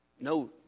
No